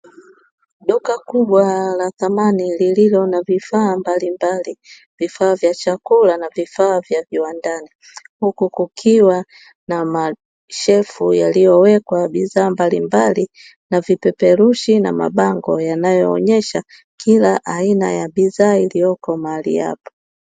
Duka kubwa la thamani lililo na vifaa mbalimbali, vifaa vya chakula na vifaa vya viwandani, huku kukiwa na mashelfu yaliyowekwa bidhaa mbalimbali na vipeperushi na mabango yanayoonyesha kila aina ya bidhaa iliyoko mahali hapa.